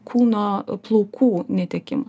kūno plaukų netekimą